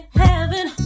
heaven